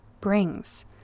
brings